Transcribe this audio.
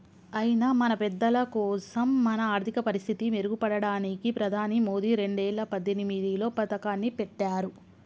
అయినా మన పెద్దలకోసం మన ఆర్థిక పరిస్థితి మెరుగుపడడానికి ప్రధాని మోదీ రెండేల పద్దెనిమిదిలో పథకాన్ని పెట్టారు